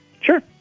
Sure